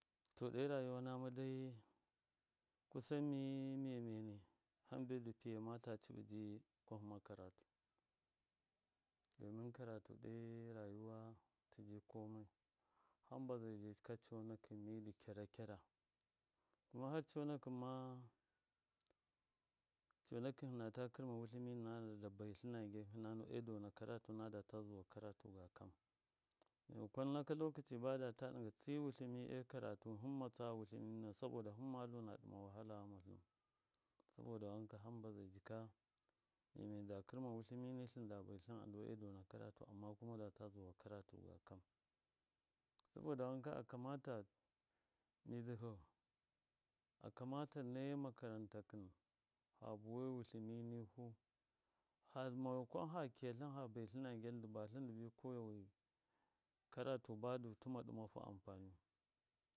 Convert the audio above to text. To ɗo rayiwa namadai kusan mɨ memenɨ hamba fɨy6m6 tacɨbi jɨ karatu domin karatu dai rayuwa tɨji komai hamba zai sɨka conakɨn mɨ kyara kyaro kuma har conakhɨnma conakɨn ma hɨnata kɨrma wultimɨ ntna na da baitlɨn gɨn hɨna nduwa a dona karatu, nadata dona karatu ndakom mai makon naka maimakon naka lokoci boda ta tsi wutlimi a karatu hɨmma tsa wutlimi nɨnau saboda himmalu na ɗima wahala saboda haka hɨmatlinu nomba zai jika m6m6nɨ da kɨrma wutlimi nihɨn da vaitlɨn andu adona karatu amma kuma data zuma karatu ga kam sobodo wonka akamata mɨ zisou akama nai makaran ukhɨn fa vuwai wultlimi nihu ha maimakon ha kɨyatlin ndu koya wɨ karatu budu tɨma dimahu amfaniyu.